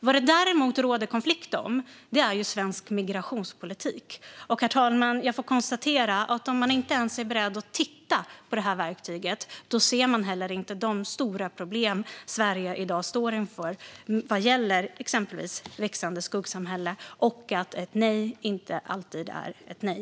Vad det däremot råder konflikt om är svensk migrationspolitik. Jag får konstatera, herr talman, att om man inte ens är beredd att titta på det här verktyget ser man inte heller de stora problem Sverige i dag står inför vad gäller exempelvis ett växande skuggsamhälle och att ett nej inte alltid är ett nej.